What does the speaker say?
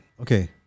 okay